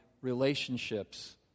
relationships